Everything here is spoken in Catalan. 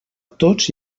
tots